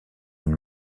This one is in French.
une